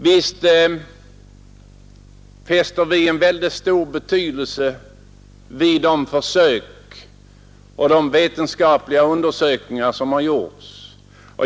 Visst fäster giftnämnden mycket stor vikt vid de försök och de vetenskapliga undersökningar som gjorts.